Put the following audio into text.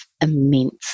immense